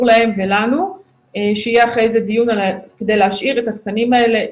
להם ולנו שיהיה אחרי זה דיון כדי להשאיר את התקנים האלה,